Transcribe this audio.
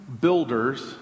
builders